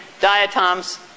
diatoms